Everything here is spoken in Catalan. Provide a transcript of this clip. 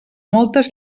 moltes